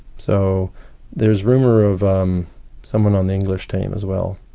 so there's rumour of um someone on the english team as well.